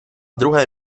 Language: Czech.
druhé